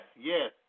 yes